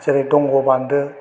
जेरै दंग' बान्दो